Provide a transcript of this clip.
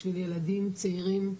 בשביל ילדים צעירים,